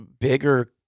bigger